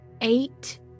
Eight